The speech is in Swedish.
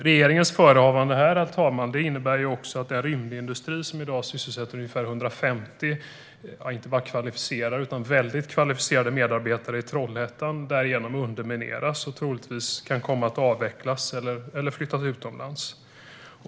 Regeringens förehavanden här, herr talman, innebär också att den rymdindustri som i dag sysselsätter ungefär 150, inte bara kvalificerade utan väldigt kvalificerade, medarbetare i Trollhättan undermineras och troligtvis kan komma att avvecklas eller flyttas utomlands.